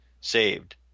saved